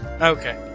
Okay